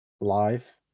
live